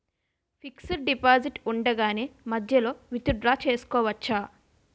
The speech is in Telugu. ఫిక్సడ్ డెపోసిట్ ఉండగానే మధ్యలో విత్ డ్రా చేసుకోవచ్చా?